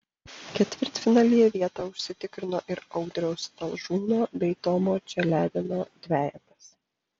ketvirtfinalyje vietą užsitikrino ir audriaus talžūno bei tomo čeledino dvejetas